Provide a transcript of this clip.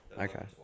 Okay